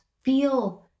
feel